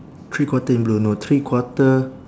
three quarter in blue no three quarter